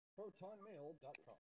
ProtonMail.com